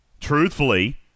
truthfully